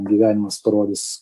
gyvenimas parodys